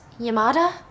Yamada